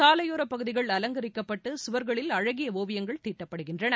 சாலையோரப் பகுதிகள் அலங்கரிக்கப்பட்டு சுவர்களில் அழகிய ஓவியங்கள் தீட்டப்படுகின்றன